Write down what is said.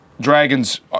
Dragons